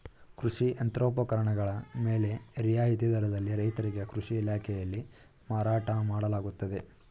ಕೃಷಿ ಯಂತ್ರೋಪಕರಣಗಳ ಮೇಲೆ ರಿಯಾಯಿತಿ ದರದಲ್ಲಿ ರೈತರಿಗೆ ಕೃಷಿ ಇಲಾಖೆಯಲ್ಲಿ ಮಾರಾಟ ಮಾಡಲಾಗುತ್ತದೆ